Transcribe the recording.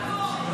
לך את המקום,